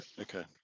Okay